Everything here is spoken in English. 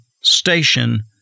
station